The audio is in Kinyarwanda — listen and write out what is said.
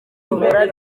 duhora